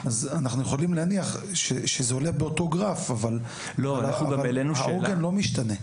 אנחנו יכולים להניח שזה עולה באותו הגרף אבל העוגן לא משתנה.